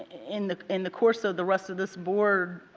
in the in the course of the rest of this board